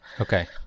Okay